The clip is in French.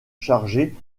chargée